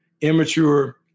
immature